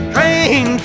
Train